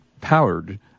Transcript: powered